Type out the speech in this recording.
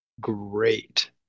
great